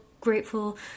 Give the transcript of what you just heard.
grateful